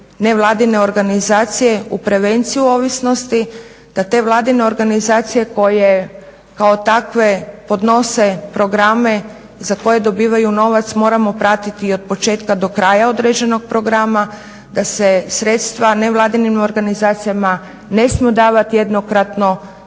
nevladine organizacije u prevenciju ovisnosti, da te vladine organizacije koje kao takve podnose programe za koje dobivaju novac moramo pratiti od početka do kraja određenog programa, da se sredstva nevladinim organizacijama ne smiju davati jednokratno